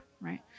right